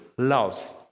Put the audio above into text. Love